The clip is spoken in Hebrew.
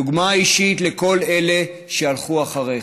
דוגמה אישית לכל אלה שהלכו אחריך.